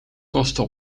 kosten